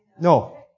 No